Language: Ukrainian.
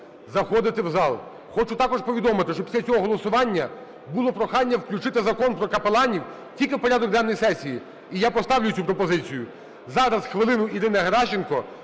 заходити в зал. Хочу також повідомити, що після цього голосування було прохання включити Закон про капеланів тільки в порядок денний сесії. І я поставлю цю пропозицію. Зараз хвилину Ірині Геращенко,